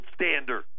standard